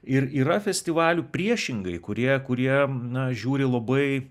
ir yra festivalių priešingai kurie kurie na žiūri labai